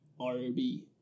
rb